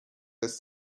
this